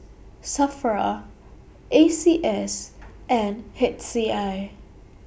SAFRA A C S and H C I